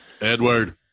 Edward